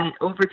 over